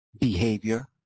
behavior